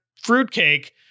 fruitcake